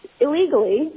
illegally